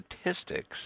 Statistics